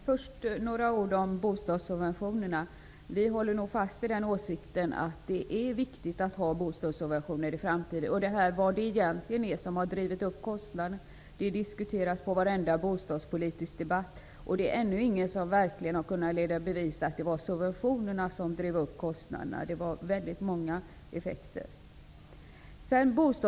Fru talman! Först vill jag säga några ord om bostadssubventionerna. Vi håller nog fast vid den åsikten att det är viktigt att ha bostadssubventioner i framtiden. Frågan om vad som egentligen drev upp kostnaderna diskuteras i varje bostadspolitisk debatt, och det är ännu ingen som verkligen har kunnat leda i bevis att det var subventionerna som gjorde det. Det var många effekter.